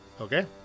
Okay